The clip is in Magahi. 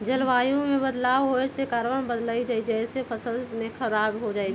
जलवायु में बदलाव होए से कार्बन बढ़लई जेसे फसल स खराब हो जाई छई